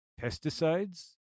pesticides